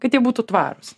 kad jie būtų tvarūs